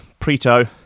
Prito